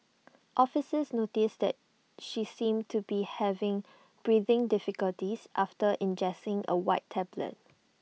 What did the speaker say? officers notices that she seemed to be having breathing difficulties after ingesting A white tablet